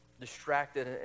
distracted